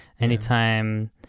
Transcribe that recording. Anytime